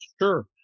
Sure